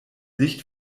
licht